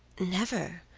never,